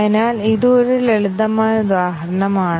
അതിനാൽ ഇത് ഒരു ലളിതമായ ഉദാഹരണമാണ്